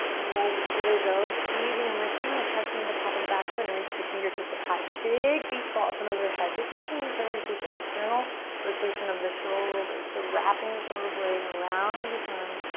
otherwise let's give it a go. squeezing and lifting we'll press into the top of the back foot and reach the fingertips up high. big beach ball up and overhead. this is to encourage this external rotation of the shoulders so wrapping the shoulder blade around and behind.